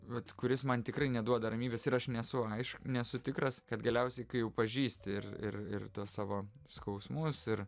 vat kuris man tikrai neduoda ramybės ir aš nesu aišk nesu tikras kad galiausiai kai jau pažįsti ir ir ir tuos savo skausmus ir